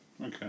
Okay